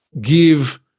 give